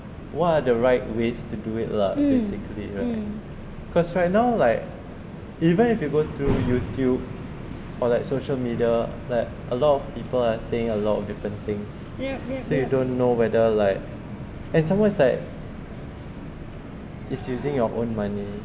what are the right ways to do it lah basically right because right now like even if you go to youtube or like social media like a lot of people are saying a lot of different things so you don't know whether like and some more it's like it's using your own money